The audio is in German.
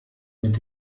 mit